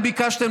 אתם ביקשתם,